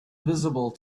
visible